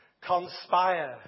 conspire